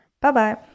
Bye-bye